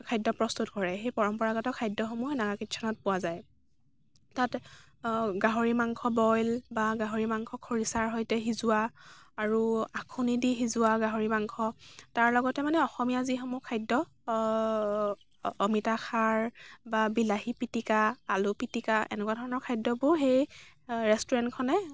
খাদ্য প্ৰস্তুত কৰে সেই পৰম্পৰাগত খাদ্যসমূহ নাগা কিটচেনত পোৱা যায় তাত গাহৰি মাংস বইল বা গাহৰি মাংস খৰিচাৰ সৈতে সিজোৱা আৰু আখুনি দি সিজোৱা গাহৰি মাংস তাৰ লগতে মানে অসমীয়া যিসমূহ খাদ্য অমিতা খাৰ বা বিলাহী পিটিকা আলু পিটিকা এনেকুৱা ধৰণৰ খাদ্যবোৰ সেই ৰেষ্টুৰেন্টখনে